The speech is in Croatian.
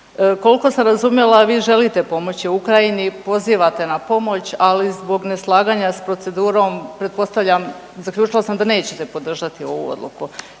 Kolko sam razumjela vi želite pomoći Ukrajini i pozivate na pomoć, ali zbog neslaganja s procedurom pretpostavljam zaključila sam da nećete podržati ovu odluku.